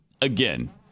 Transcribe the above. again